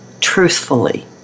truthfully